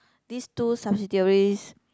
this two subsidiaries